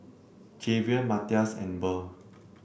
Javier Matias and Burl